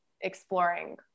exploring